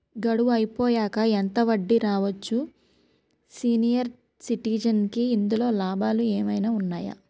గడువు అయిపోయాక ఎంత వడ్డీ రావచ్చు? సీనియర్ సిటిజెన్ కి ఇందులో లాభాలు ఏమైనా ఉన్నాయా?